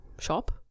shop